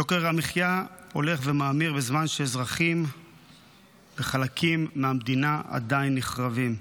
יוקר המחיה הולך ומאמיר בזמן שאזרחים בחלקים מהמדינה עדיין נחרבים.